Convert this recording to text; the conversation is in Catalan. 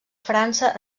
frança